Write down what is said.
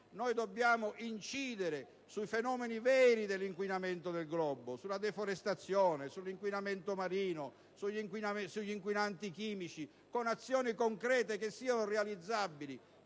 Noi dobbiamo incidere sui fenomeni veri dell'inquinamento del globo (sulla deforestazione, sull'inquinamento marino, sugli inquinanti chimici) con azioni concrete che siano realizzabili.